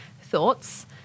thoughts